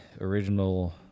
original